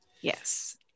Yes